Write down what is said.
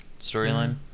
storyline